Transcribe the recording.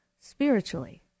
spiritually